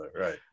Right